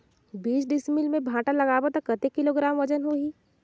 बीस डिसमिल मे भांटा लगाबो ता कतेक किलोग्राम वजन होही?